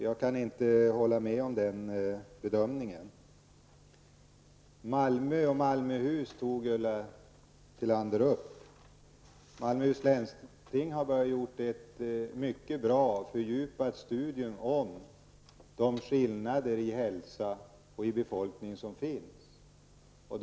Jag kan inte hålla med om den bedömningen. Ulla Tillander tog upp exemplet Malmö och Malmöhus län. Malmöhus läns landsting har börjat genomföra mycket bra och fördjupade studier om de skillnader i hälsa som finns hos befolkningen.